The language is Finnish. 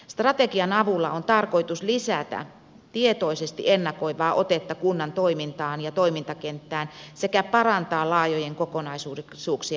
strategian avulla on tarkoitus lisätä tietoisesti ennakoivaa otetta kunnan toimintaan ja toimintakenttään sekä parantaa laajojen kokonaisuuksien hallintaa